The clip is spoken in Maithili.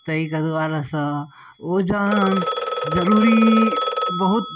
तै के दुआरे सँ वजन जरुरी बहुत